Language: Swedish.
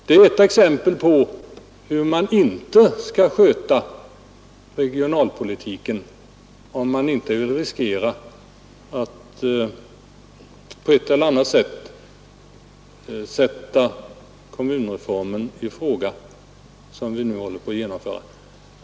Det är ett exempel på hur man inte skall sköta regionalpolitiken om man inte vill riskera att på ett eller annat sätt ifrågasätta den kommunreform som vi nu håller på att genomföra.